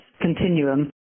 continuum